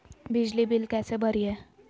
बिजली बिल कैसे भरिए?